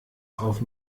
auf